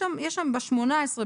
ב-18,